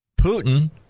Putin